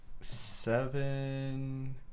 Seven